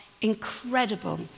incredible